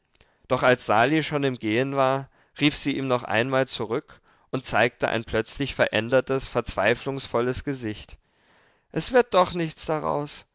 doch als sali schon im gehen war rief sie ihn noch einmal zurück und zeigte ein plötzlich verändertes verzweiflungsvolles gesicht es wird doch nichts daraus